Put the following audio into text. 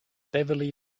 beverly